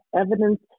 evidence